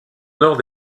nord